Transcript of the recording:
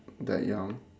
that young